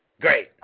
Great